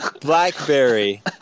Blackberry